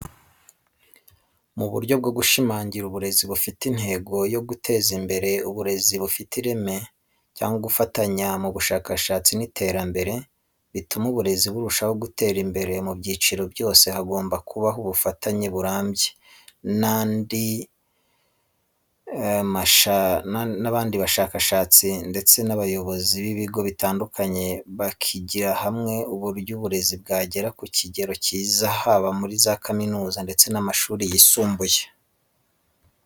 Mu buryo bwo gushimangira uburezi bufite intego yo guteza imbere uburezi bufite ireme cyangwa gufatanya mu bushakashatsi n’iterambere, bituma uburezi burushaho gutera imbere mu byiciro byose, hagomba kubaho ubufatanye burambye n'abandi bashakashatsi ndetse n'abayobozi b'ibigo bitandukanye bakigira hamwe uburyo uburezi bwagera ku kigero cyiza haba muri za kaminuza ndetse n'amashuri yisumbuye.